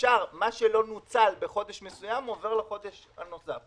ומה שלא נוצל בחודש מסוים עובר לחודש הנוסף